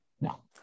no